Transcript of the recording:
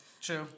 True